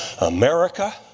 America